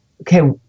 okay